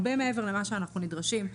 הרבה מעבר למה שאנחנו נדרשים.